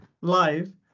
live